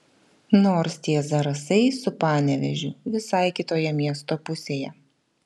nors tie zarasai su panevėžiu visai kitoje miesto pusėje